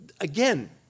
Again